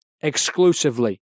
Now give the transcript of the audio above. exclusively